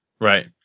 Right